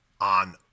on